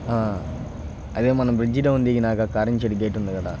అదే మనం bridge down దిగినాక కారంచేడు గేట్ ఉంది కదా